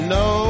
no